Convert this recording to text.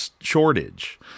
Shortage